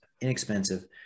inexpensive